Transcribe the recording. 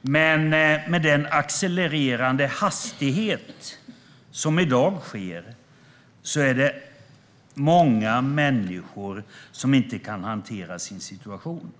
men med den accelererande hastighet med vilken detta sker i dag är det många människor som inte kan hantera sin situation.